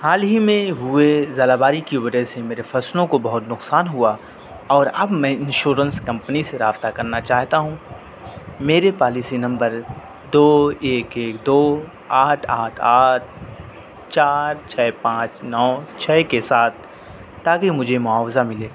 حال ہی میں ہوئے ژالہ باری کی وجہ سے میرے فصلوں کو بہت نقصان ہوا اور اب میں انشورنس کمپنی سے رابطہ کرنا چاہتا ہوں میرے پالیسی نمبر دو ایک ایک دو آٹھ آٹھ آٹھ چار چھ پانچ نو چھ کے ساتھ تاکہ مجھے معاوضہ ملے